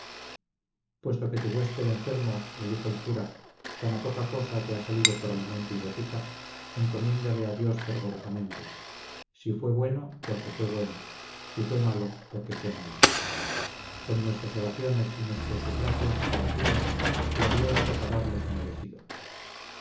puesto que tu huésped enfermo le dijo el cura tan a poca costa te ha salido por alimento y botica encomiéndale a dios fervorosamente si fue bueno porque fue bueno si fue malo porque fue malo con nuestras oraciones y nuestros sufragios cumplimos y a dios toca darle su merecido